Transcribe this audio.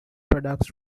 products